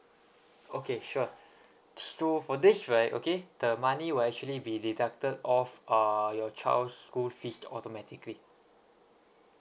okay sure so for this right okay the money will actually be deducted off uh your child's school fees automatically